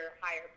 higher